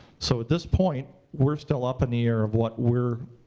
so at this point, we're still up in the air of what we're